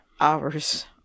hours